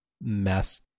mess